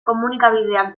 komunikabideak